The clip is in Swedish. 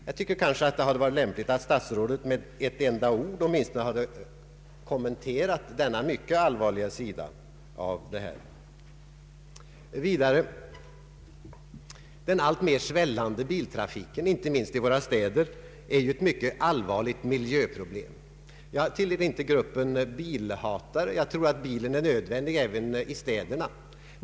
Jag tycker att det kanske hade varit lämpligt att statsrådet med ett enda ord åtminstone hade kommenterat denna mycket allvarliga sida av problemet. Den alltmer svällande biltrafiken — inte minst i våra städer — är ett synnerligen betänkligt miljöproblem. Jag tillhör inte gruppen bilhatare. Jag tror att bilen är nödvändig även i städerna.